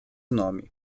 nome